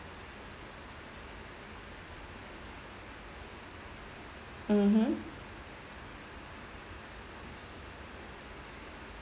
mmhmm